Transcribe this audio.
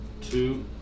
two